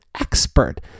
expert